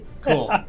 Cool